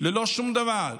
ללא שום דבר.